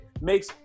makes